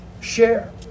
share